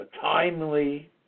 timely